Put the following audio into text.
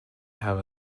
have